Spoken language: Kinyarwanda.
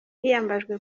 hiyambajwe